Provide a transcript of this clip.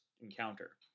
encounter